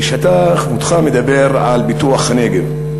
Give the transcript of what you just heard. וכשכבודך מדבר על פיתוח הנגב,